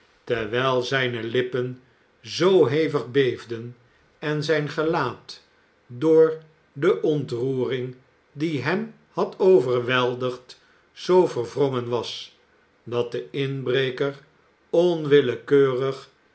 terwijl zijne lippen zoo hevig beefden en zijn gelaat door de ontroering die hem had overweldigd zoo verwrongen was dat de inbreker onwillekeurig